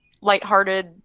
lighthearted